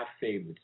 favorites